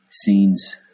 scenes